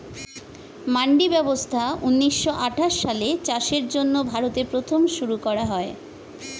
মান্ডি ব্যবস্থা ঊন্নিশো আঠাশ সালে চাষের জন্য ভারতে প্রথম শুরু করা হয়